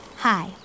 Hi